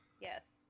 Yes